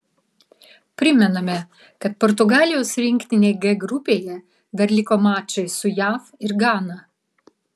primename kad portugalijos rinktinei g grupėje dar liko mačai su jav ir gana